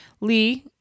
Lee